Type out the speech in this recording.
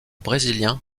brésilien